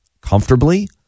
comfortably